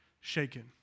shaken